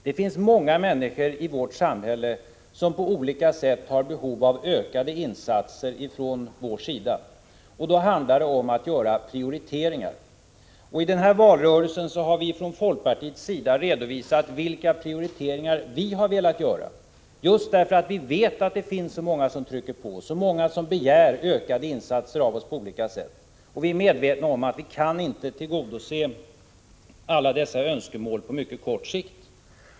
Det finns många människor i vårt samhälle som på olika sätt har behov av ökade insatser från vår sida. Då handlar det om att göra prioriteringar. I valrörelsen har vi från folkpartiets sida redovisat vilka prioriteringar vi har velat göra, just därför att vi vet att det finns så många som trycker på, så många som begär ökade insatser av oss på olika sätt. Vi är medvetna om att vi inte kan tillgodose alla dessa önskemål på mycket kort sikt.